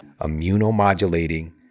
immunomodulating